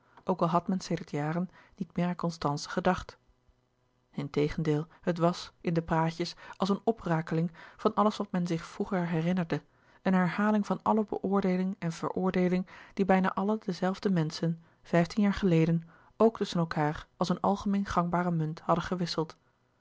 ook al had men sedert jaren niet meer louis couperus de boeken der kleine zielen aan constance gedacht integendeel het was in de praatjes als eene oprakeling van alles wat men zich vroeger herinnerde een herhaling van alle beoordeeling en veroordeeling die bijna alle de zelfde menschen vijftien jaar geleden ook tusschen elkaâr als een algemeen gangbare munt hadden gewisseld